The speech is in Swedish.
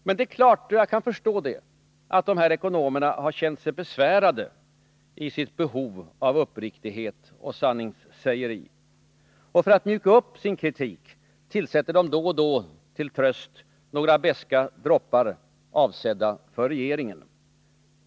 Det är klart — och jag kan förstå det — att de här ekonomerna känt sig besvärade i sitt behov av uppriktighet och sanningssägeri. För att mjuka upp sin kritik tillsätter de då och då till tröst några beska droppar, avsedda för regeringen.